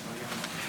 נתקבלה.